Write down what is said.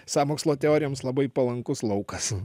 sąmokslo teorijoms labai palankus laukas